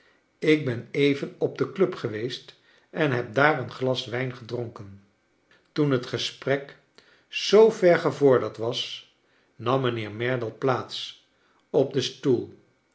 ik ben even op de club geweest en heb daar een glas wijn gedronken toen het gesprek zoo ver gevorderd was nam mijnheer merdle plaats op den stoel